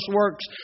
works